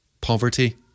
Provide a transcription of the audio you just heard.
poverty